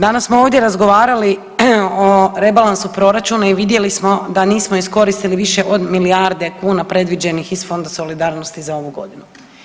Danas smo ovdje razgovarali o rebalansu proračuna i vidjeli smo da nismo iskoristili više od milijarde kuna predviđenih iz fonda solidarnosti za ovu godinu.